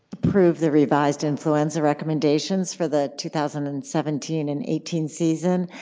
approved the revised influenza recommendations for the two thousand and seventeen and eighteen season,